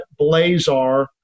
blazar